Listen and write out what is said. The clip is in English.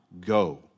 go